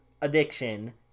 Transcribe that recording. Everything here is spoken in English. addiction